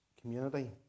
community